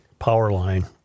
Powerline